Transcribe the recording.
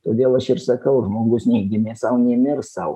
todėl aš ir sakau žmogus nei gimė sau nei mirs sau